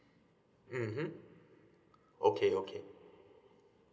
mmhmm okay okay